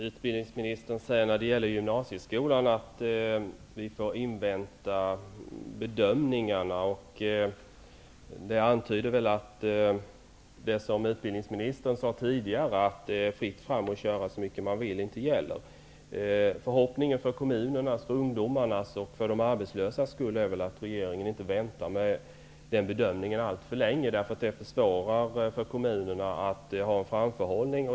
Herr talman! När det gäller gymnasieskolan säger utbildningsministern att vi får invänta bedömningarna. Det torde antyda att det som utbildningsministern sade tidigare om att det är fritt fram att köra så mycket man vill inte gäller. Förhoppningen för kommunernas, ungdomarnas och de arbetslösas skull är att regeringen inte väntar med den bedömningen alltför länge, eftersom det försvårar för kommunerna att ha en framförhållning.